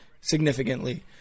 significantly